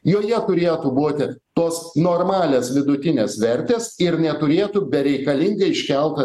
joje turėtų būti tos normalės vidutinės vertės ir neturėtų bereikalingai iškelta